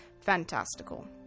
fantastical